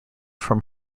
from